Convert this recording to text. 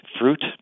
fruit